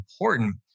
important